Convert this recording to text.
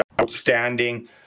outstanding